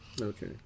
Okay